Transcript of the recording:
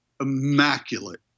immaculate